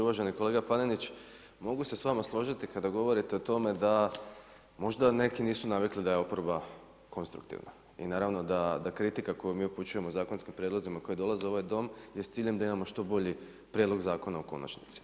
Uvaženi kolega Panenić, mogu se sa vama složiti kada govorite o tome da možda neki nisu navikli da je oporba konstruktivna i naravno da kritika koju mi upućujemo zakonskim prijedlozima koji dolaze u ovaj Dom je s ciljem da imamo što bolji prijedlog zakona u konačnici.